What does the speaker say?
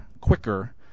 quicker